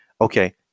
Okay